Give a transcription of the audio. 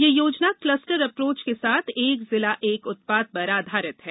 यह योजना cluster approach के साथ एक जिला एक उत्पाद पर आधारित है